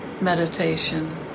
meditation